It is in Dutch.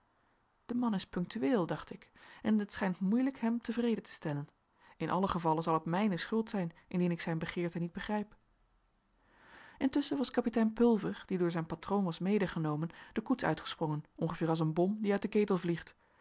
de man is punctueel dacht ik en het schijnt moeilijk hem tevreden te stellen in allen gevalle zal het mijne schuld zijn indien ik zijn begeerte niet begrijp intusschen was kapitein pulver die door zijn patroon was medegenomen de koets uitgesprongen ongeveer als een bom die uit den ketel vliegt